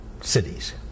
cities